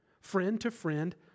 Friend-to-friend